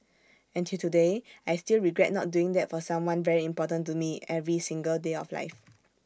and till today I still regret not doing that for someone very important to me every single day of life